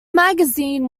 magazine